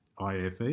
IFE